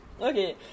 okay